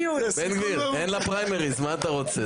אבל, בן גביר, אין לה פריימריז, מה אתה רוצה?